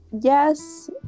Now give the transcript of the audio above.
yes